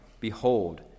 behold